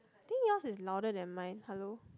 think yours is louder than mine hello